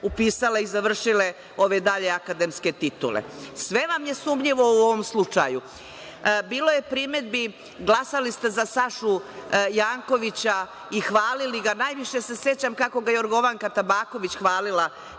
i završile dalje akademske titule. Sve vam je sumnjivo u ovom slučaju. Bilo je primedbi, glasali ste za Sašu Jankovića i hvalili ga, najviše se sećam kako ga je Jorgovanka Tabaković hvalila